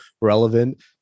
relevant